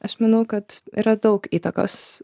aš manau kad yra daug įtakos